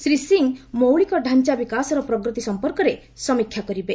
ଶ୍ରୀ ସିଂ ମୌଳିକଡାଞ୍ଚା ବିକାଶର ପ୍ରଗତି ସଂକ୍ରାନ୍ତରେ ସମୀକ୍ଷା କରିବେ